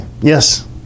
Yes